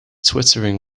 twittering